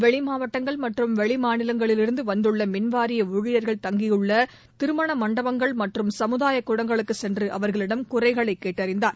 வெளி மாவட்டங்கள் மற்றும் வெளி மாநிலங்களிலிருந்து வந்துள்ள மின்வாரிய ஊழியர்கள் தங்கியுள்ள திருமண மண்டபங்கள் மற்றும் சமுதாய கூடங்களுக்குச் சென்று அவர்களிடம் குறைகளை கேட்டறிந்தார்